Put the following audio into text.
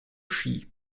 ski